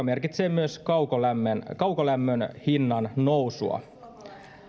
merkitsee myös kaukolämmön kaukolämmön hinnan nousua